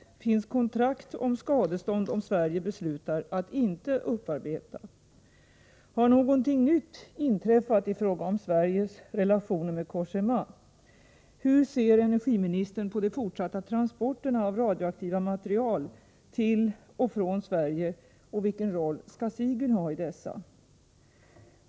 Finns kontrakt om skadestånd om Sverige beslutar att inte upparbeta? 4. Har någonting nytt inträffat i fråga om Sveriges relationer med Cogéma? 5. Hur ser energiministern på de fortsatta transporterna av radioaktiva material till och från Sverige och vilken roll skall Sigyn ha i dessa?